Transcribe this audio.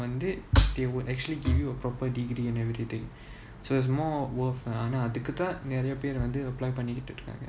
வந்து:vanthu they would actually give you a proper degree and everything so there's more worth lah ஆனாஅதுக்குதான்நெறயபெருவந்து:aana adhuku thaan niraiya peru vanthu apply பண்ணிட்ருக்காங்க:panniturukanga